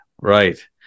right